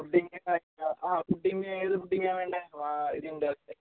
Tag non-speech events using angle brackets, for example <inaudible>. pudding ആ pudding ഏത് പുഡ്ഡിംഗാ വേണ്ടത് <unintelligible>